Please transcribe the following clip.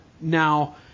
now